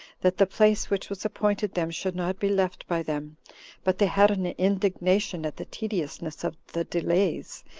that the place which was appointed them should not be left by them but they had an indignation at the tediousness of the delays,